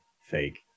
fake